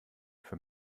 für